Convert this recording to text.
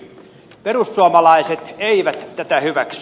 perussuomalaiset eivät tätä hyväksy